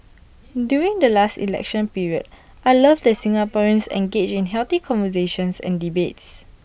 during the last election period I love that Singaporeans engage in healthy conversations and debates